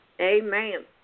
Amen